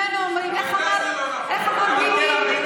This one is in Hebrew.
שנינו אומרים, איך אמר ביבי?